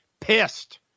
pissed